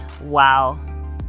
Wow